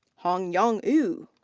hongyang yu.